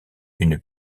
une